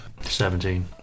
Seventeen